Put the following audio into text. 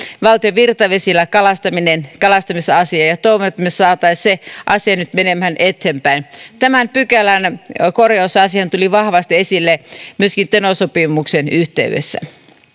valtion virtavesillä kalastamisen kalastamisen asia ja toivon että me saisimme sen asian nyt menemään eteenpäin tämän pykälän korjausasiahan tuli vahvasti esille myöskin teno sopimuksen yhteydessä